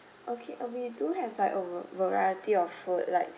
okay uh we do have like a v~ variety of food like